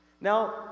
Now